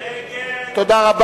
תודה.